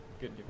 Good